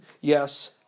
Yes